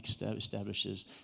establishes